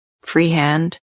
freehand